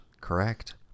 correct